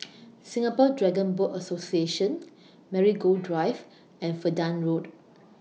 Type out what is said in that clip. Singapore Dragon Boat Association Marigold Drive and Verdun Road